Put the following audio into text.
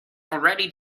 already